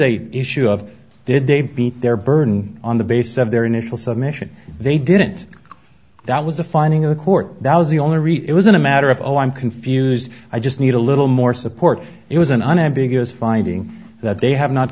a issue of did they meet their burden on the basis of their initial submission they didn't that was the finding of the court that was the only read it was in a matter of oh i'm confused i just need a little more support it was an unambiguous finding that they have not